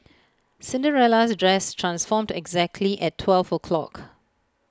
Cinderella's dress transformed exactly at twelve o' clock